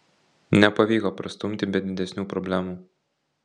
nepavyko prastumti be didesnių problemų